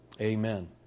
Amen